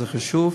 זה חשוב.